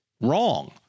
wrong